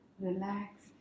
relax